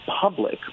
public